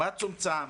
מה צומצם,